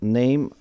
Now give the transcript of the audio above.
name